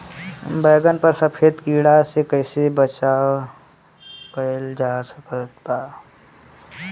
बैगन पर सफेद कीड़ा से कैसे बचाव कैल जा सकत बा?